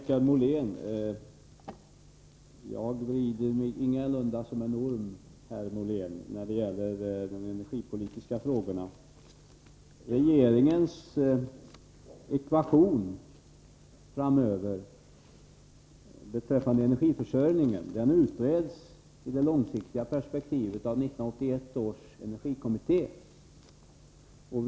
Herr talman! Jag vrider mig ingalunda som en orm, herr Molén, när det gäller de energipolitiska frågorna. Vad beträffar regeringens ekvation för att klara energiförsörjningen framöver utreds den frågan i ett långsiktigt perspektiv av 1981 års energikommitté.